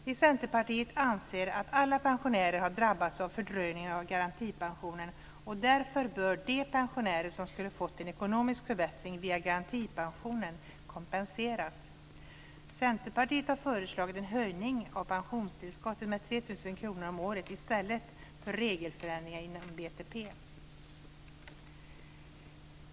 Vi i Centerpartiet anser att alla pensionärer har drabbats av fördröjningen av garantipensionen, och därför bör de pensionärer som skulle fått en ekonomisk förbättring via garantipensionen kompenseras. Centerpartiet har föreslagit en höjning av pensionstillskottet med 3 000 kr om året i stället för regelförändringar inom BTP.